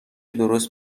درست